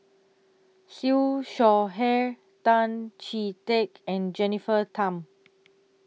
Siew Shaw Her Tan Chee Teck and Jennifer Tham